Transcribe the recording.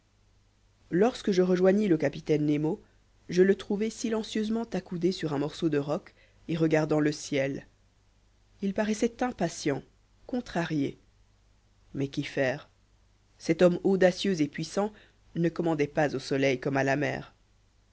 lorsque je rejoignis le capitaine nemo je le trouvai silencieusement accoudé sur un morceau de roc et regardant le ciel il paraissait impatient contrarié mais qu'y faire cet homme audacieux et puissant ne commandait pas au soleil comme à la mer